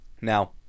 Now